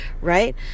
right